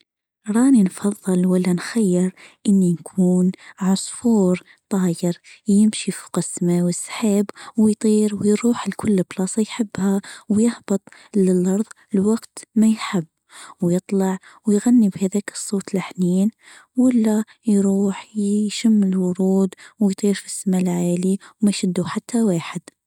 راني نفظل ولا نخير إني نكون عصفور طاير يمشي فوق السماء والسحاب ويطير ويروح لكل بلصه يحبها ويهبط للارض لوقت ما يحب ويطلع ويغني بهذاك الصوت الحنين ولا يروح يشم الورود ويطير فالسما العالي وما يشدوا حتى واحد.